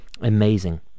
amazing